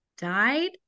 died